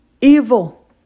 evil